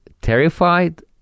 terrified